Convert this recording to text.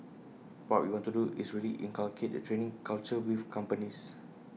what we want to do is really inculcate the training culture with companies